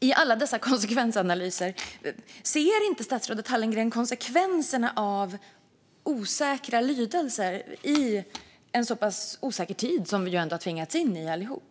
I alla dessa konsekvensanalyser, ser inte statsrådet Hallengren konsekvenserna av osäkra lydelser i en så pass osäker tid som vi ändå har tvingats in i allihop?